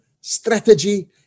strategy